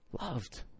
loved